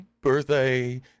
birthday